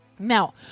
Now